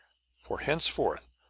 for, henceforth,